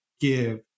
give